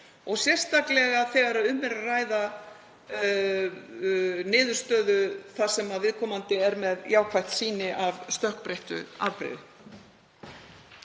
og sérstaklega þegar um er að ræða niðurstöðu þar sem viðkomandi er með jákvætt sýni af stökkbreyttu afbrigði.